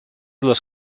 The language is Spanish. los